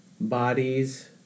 bodies